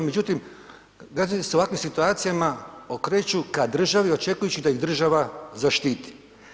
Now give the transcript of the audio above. Međutim, građani se u ovakvim situacijama okreću ka državi očekujući da ih država zaštiti.